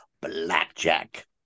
blackjack